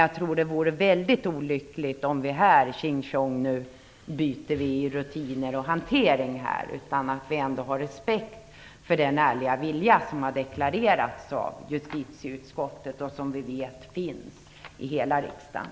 Jag tror att det vore väldigt olyckligt om vi här "tjing tjong" skulle byta rutiner och hantering. Vi skall nog ändå ha respekt för den ärliga vilja som har deklarerats av justitieutskottet och som vi vet finns i hela riksdagen.